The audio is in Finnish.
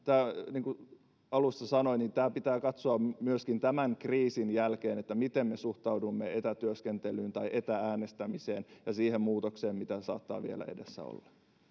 niin kuin alussa sanoin pitää katsoa myöskin tämän kriisin jälkeen miten me suhtaudumme etätyöskentelyyn tai etä äänestämiseen ja siihen muutokseen mikä saattaa vielä edessä olla